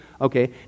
okay